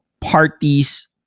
parties